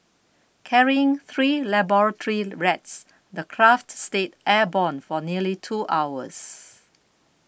carrying three laboratory rats the craft stayed airborne for nearly two hours